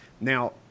Now